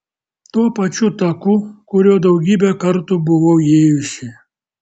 tuo pačiu taku kuriuo daugybę kartų buvau ėjusi